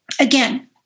Again